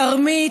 תרמית,